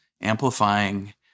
amplifying